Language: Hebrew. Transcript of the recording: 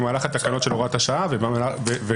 במהלך התקנות של הוראת השעה וכעת.